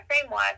framework